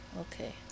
okay